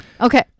Okay